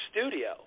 studio